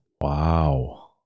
Wow